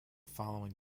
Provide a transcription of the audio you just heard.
following